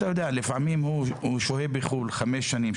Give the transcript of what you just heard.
לפעמים הבן אדם שוהה בחוץ לארץ 5 שנים,